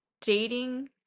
dating